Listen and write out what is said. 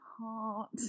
heart